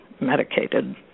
medicated